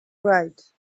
ride